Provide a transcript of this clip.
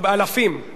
אלפים.